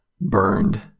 burned